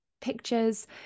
pictures